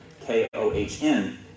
K-O-H-N